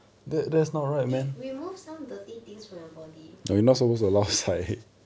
it removes some dirty things from your body